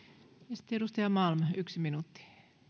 sitten edustaja malm yksi minuutti